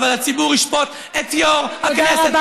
אבל אני מבקשת שתתנצל.